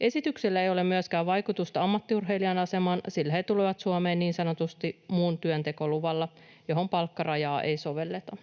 Esityksellä ei ole myöskään vaikutusta ammattiurheilijan asemaan, sillä he tulevat Suomeen niin sanotusti muu työnteko -luvalla, johon palkkarajaa ei sovelleta.